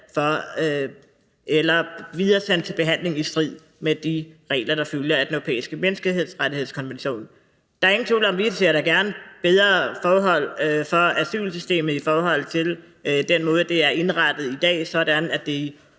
bliver videresendt til behandling i strid med de regler, der følger af Den Europæiske Menneskerettighedskonvention. Der er ingen tvivl om, at vi da gerne ser bedre forhold for asylsystemet i forhold til den måde, det er indrettet på i dag, sådan at det i